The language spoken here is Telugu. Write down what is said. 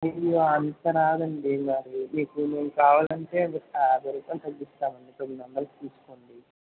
అయ్యో అంత రాదండి మరి మీకు నేను కావాలంటే మీకు యాభై రూపాయలు తగ్గిస్తాను అండి తొమ్మిది వందలకి తీసుకోండి